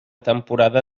temporada